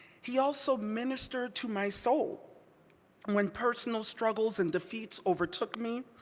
he also ministered to my soul when personal struggles and defeats overtook me.